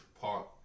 park